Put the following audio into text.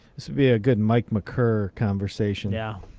this would be a good mike mckerr conversation. yeah.